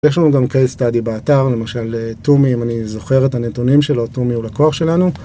יש לנו גם case study באתר, למשל תומי אם אני זוכר את הנתונים שלו, תומי הוא לקוח שלנו